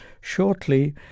shortly